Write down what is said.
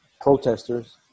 protesters